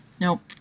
Nope